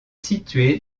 situé